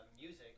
music